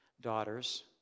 daughters